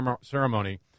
Ceremony